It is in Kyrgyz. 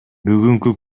бүгүнкү